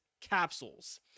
capsules